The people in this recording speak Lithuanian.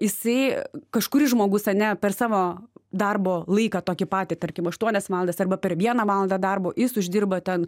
jisai kažkuris žmogus ane per savo darbo laiką tokį patį tarkim aštuonias valandas arba per vieną valandą darbo jis uždirba ten